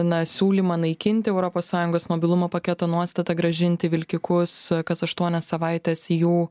na siūlymą naikinti europos sąjungos mobilumo paketo nuostatą grąžinti vilkikus kas aštuonias savaites į jų